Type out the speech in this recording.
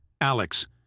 Alex